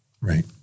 Right